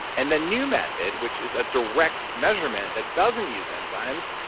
and the new method, which is a direct measurement that doesn't use enzymes,